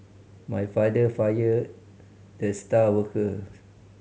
my father fired the star worker